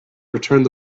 returned